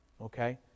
okay